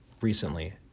recently